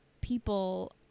people